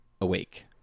awake